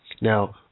Now